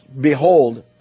Behold